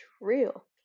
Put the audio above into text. real